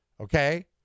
Okay